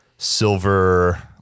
silver